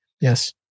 Yes